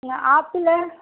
சரிங்க ஆப்பிளு